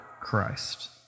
Christ